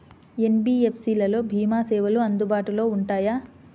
NBFC లలో భీమా సేవలు అందుబాటులో ఉంటాయా?